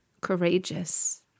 courageous